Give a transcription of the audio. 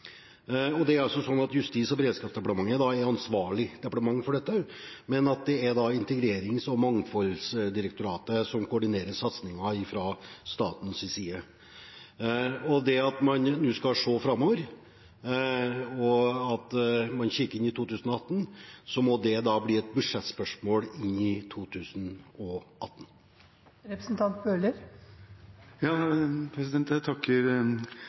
Det er Justis- og beredskapsdepartementet som er ansvarlig departement for dette, men det er Integrerings- og mangfoldsdirektoratet som koordinerer satsingen fra statens side. Det at man nå skal se framover, og at man kikker inn i 2018, gjør at det da må bli et budsjettspørsmål inn i 2018. Jeg takker statsråden for svaret, hvor jeg